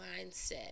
mindset